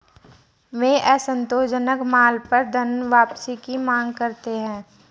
वे असंतोषजनक माल पर धनवापसी की मांग करते हैं